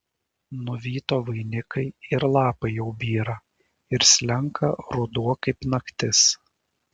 nuvyto vainikai ir lapai jau byra ir slenka ruduo kaip naktis